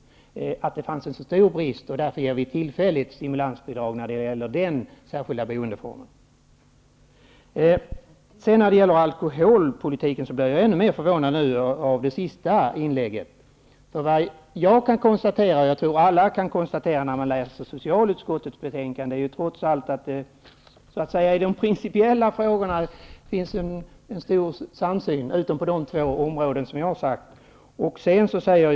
Det fanns en så stor brist att vi tillfälligt gav stimulansbidrag till den särskilda boendeformen. När det gäller alkoholpolitiken blev jag ännu mer förvånad av det senaste inlägget. Det jag kan konstatera, och det tror jag att alla kan konstatera som läser socialutskottets betänkande, är trots allt att det i de principiella frågorna finns en stor samsyn, förutom på de två områden som jag har nämnt.